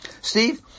Steve